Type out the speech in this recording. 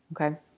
Okay